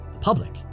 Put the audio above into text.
public